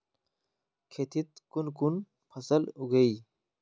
खेतीत कुन कुन फसल उगेई?